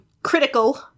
critical